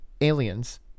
aliens